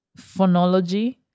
phonology